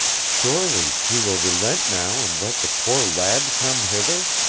surely, he will relent now and let the poor lad come hither?